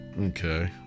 Okay